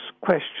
question